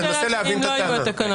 אני מנסה להבין את הטענה.